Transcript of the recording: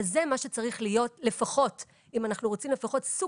אבל זה מה שצריך להיות לפחות אם אנחנו רוצים סוג